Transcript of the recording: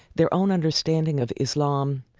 their own understanding of islam,